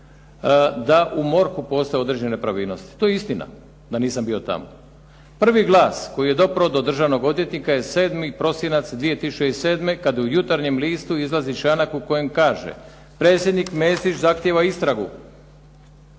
da u MORH-u postoje određene nepravilnosti. To je istina da nisam bio tamo. Prvi glas koji je dopro do državnog odvjetnika je 7. prosinac 2007. kada u "Jutarnjem listu" izlazi članak u kojem kaže: "Predsjednik Mesić zahtijeva istragu